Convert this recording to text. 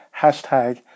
hashtag